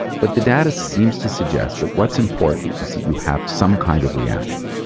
but the data seems to suggest that what's important is that you have some kind of reaction.